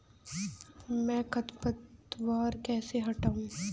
मैं खरपतवार कैसे हटाऊं?